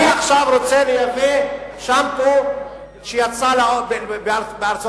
אני עכשיו רוצה לייבא שמפו שיוצר בארצות-הברית,